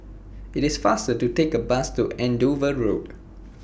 IT IS faster to Take The Bus to Andover Road